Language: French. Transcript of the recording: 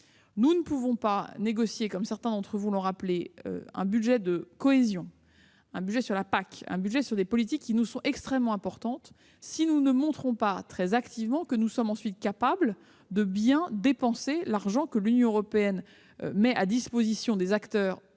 Nous ne pouvons pas négocier, comme certains d'entre vous l'ont souligné, un budget de cohésion, un budget sur la PAC, c'est-à-dire des politiques qui sont extrêmement importantes pour nous, si nous ne montrons pas très activement que nous sommes ensuite capables de bien dépenser l'argent que l'Union européenne met à la disposition des acteurs au sein